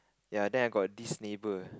ya then I got this neighbour